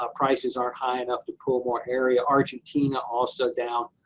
ah prices aren't high enough to pull more area, argentina also down,